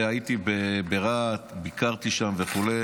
הייתי ברהט, ביקרתי שם וכו',